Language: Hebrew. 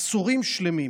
עשורים שלמים